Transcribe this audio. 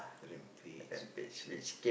Rampage I see